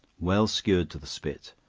well skewered to the spit,